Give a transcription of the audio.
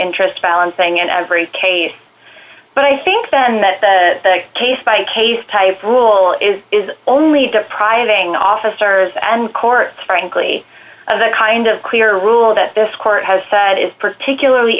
interest balance thing in every case but i think then that the case by case rule is is only that prying officers and court frankly of the kind of clear rule that this court has said is particularly